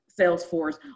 Salesforce